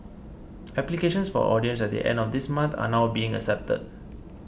applications for auditions at the end of this month are now being accepted